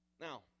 Now